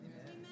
Amen